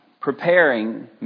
preparing